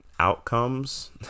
outcomes